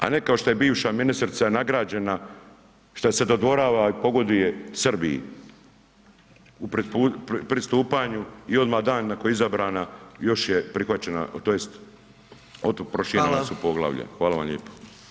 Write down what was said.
A ne kao što je bivša ministrica nagrađena što se dodvorava i pogoduje Srbiji u pristupanju i odmah dan nakon izabrana, još je prihvaćena tj. od ... su poglavlja [[Upadica: Hvala.]] Hvala vam lijepo.